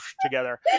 together